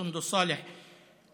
סונדוס סאלח ואני,